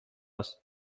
است